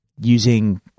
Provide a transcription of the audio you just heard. Using